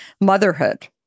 motherhood